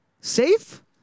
safe